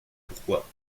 pourquoi